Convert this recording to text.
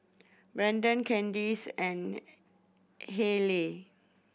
Brennon Kandice and Hayleigh